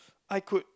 I could